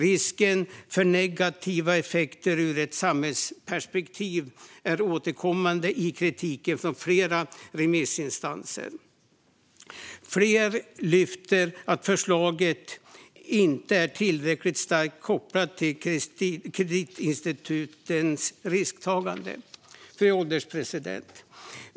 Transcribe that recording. Risken för negativa effekter ur ett samhällsperspektiv är återkommande i kritiken från flera remissinstanser. Flera lyfter att förslaget inte är tillräckligt starkt kopplat till kreditinstitutens risktagande. Fru ålderspresident!